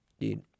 dude